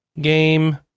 game